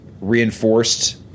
reinforced –